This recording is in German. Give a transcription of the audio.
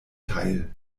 teil